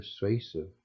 persuasive